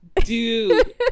dude